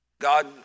God